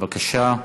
בבקשה.